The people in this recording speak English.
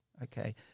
Okay